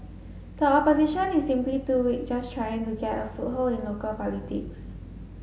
the Opposition is simply too weak just trying to get a foothold in local politics